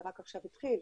זה רק עכשיו התחיל,